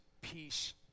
peace